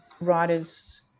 writers